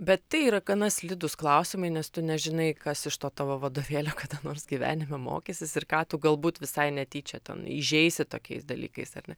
bet tai yra gana slidūs klausimai nes tu nežinai kas iš to tavo vadovėlio kada nors gyvenime mokysis ir ką tu galbūt visai netyčia ten įžeisi tokiais dalykais ar ne